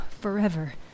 forever